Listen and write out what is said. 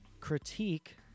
critique